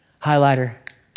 highlighter